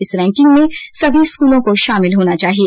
इस रैंकिंग में सभी स्कुलों को शामिल होना चाहिए